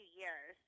years